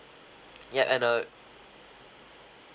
yeah and uh